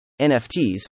NFTs